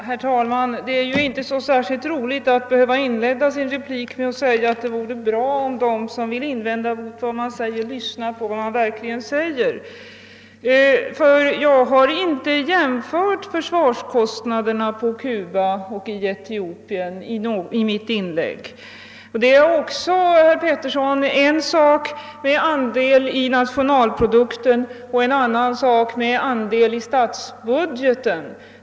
Herr talman! Det är ju inte särskilt roligt att behöva inleda sin replik med att säga att det vore bra om de som vill invända verkligen lyssnar på vad man säger. Jag har nämligen inte jämfört försvarskostnaderna på Cuba och i Etiopien i mitt inlägg. Det är en sak, herr Petersson, med andel i nationalprodukten och en annan sak med andel i statsbudgeten.